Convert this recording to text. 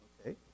Okay